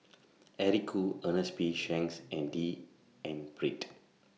Eric Khoo Ernest P Shanks and D N Pritt